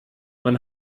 man